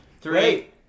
Three